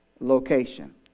location